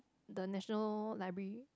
the National-Library